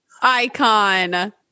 icon